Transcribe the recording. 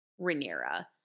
Rhaenyra